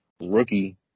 rookie